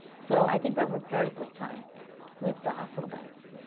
so i think we're prepared at this time with the hospital beds.